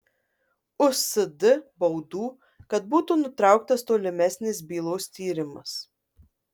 usd baudų kad būtų nutrauktas tolimesnis bylos tyrimas